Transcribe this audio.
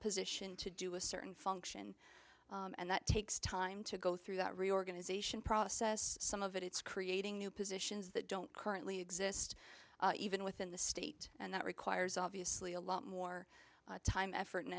position to do a certain function and that takes time to go through that reorganization process some of it it's creating new positions that don't currently exist even within the state and that requires obviously a lot more time effort